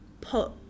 put